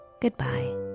goodbye